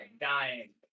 dying